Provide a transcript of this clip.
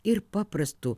ir paprastų